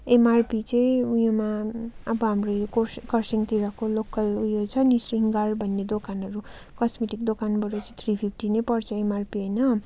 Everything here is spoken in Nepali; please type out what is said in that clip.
एमआरपी चाहिँ उयोमा अब हाम्रो यो कोस्या कर्सियङतिरको लोकल उयो छ नि शृङ्गार भन्ने दोकानहरू कस्मेटिक दोकानबाट चाहिँ थ्री फिफ्टी नै पर्छ एमआरपी होइन